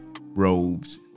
Robes